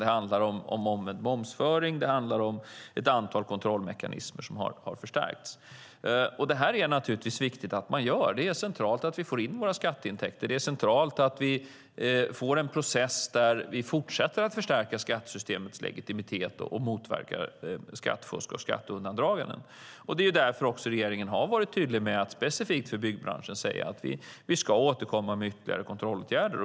Det handlar om omvänd momsföring och om ett antal kontrollmekanismer som har förstärkts. Det här är naturligtvis viktigt att man gör. Det är centralt att vi får in våra skatteintäkter. Det är centralt att vi får en process där vi fortsätter att förstärka skattesystemets legitimitet och motverkar skattefusk och skatteundandragande. Det är också därför regeringen har varit tydlig med att specifikt för byggbranschen säga att vi ska återkomma med ytterligare kontrollåtgärder.